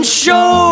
show